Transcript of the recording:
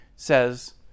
says